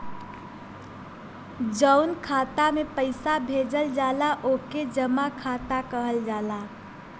जउन खाता मे पइसा भेजल जाला ओके जमा खाता कहल जाला